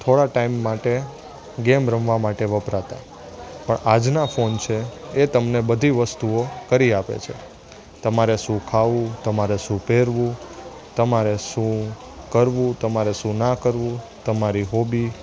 થોડા ટાઈમ માટે ગેમ રમવા માટે વપરાતા પણ આજના ફોન છે એ તમને બધી વસ્તુઓ કરી આપે છે તમારે શું ખાવું તમારે શું પહેરવું તમારે શું કરવું તમારે શું ન કરવું તમારી હોબી